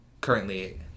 currently